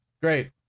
Great